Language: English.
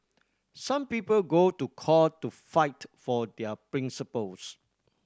some people go to court to fight for their principles